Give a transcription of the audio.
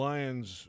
Lions